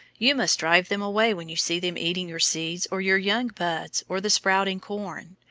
you must drive them away when you see them eating your seeds, or your young buds, or the sprouting corn.